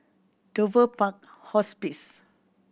Dover Park Hospice